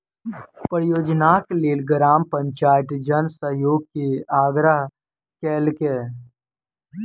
परियोजनाक लेल ग्राम पंचायत जन सहयोग के आग्रह केलकै